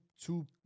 two